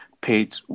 paid